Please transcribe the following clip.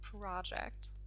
project